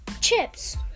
chips